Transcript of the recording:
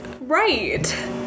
Right